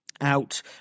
out